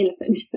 elephant